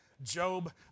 Job